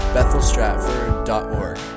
BethelStratford.org